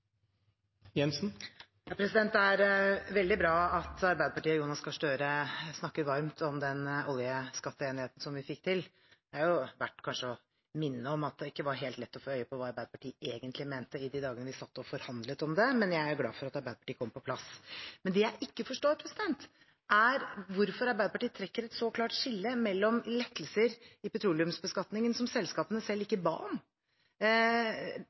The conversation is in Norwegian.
veldig bra at Arbeiderpartiet og Jonas Gahr Støre snakker varmt om oljeskatteenigheten vi fikk til. Det er kanskje verdt å minne om at det ikke var helt lett å få øye på hva Arbeiderpartiet egentlig mente i de dagene vi satt og forhandlet om det, men jeg er glad for at Arbeiderpartiet kom på plass. Men det jeg ikke forstår, er hvorfor Arbeiderpartiet trekker et så klart skille mellom lettelser i petroleumsbeskatningen, som selskapene selv ikke ba om,